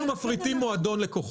אנחנו מפריטים מועדון לקוחות.